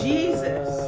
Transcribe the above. Jesus